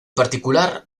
particular